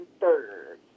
third